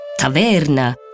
taverna